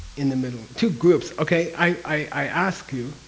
in the middle. two groups, okay? i asked you,